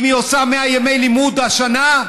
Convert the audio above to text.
אם היא עושה 100 ימי לימוד השנה,